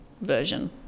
version